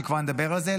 שכבר נדבר על זה,